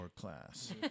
class